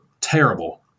terrible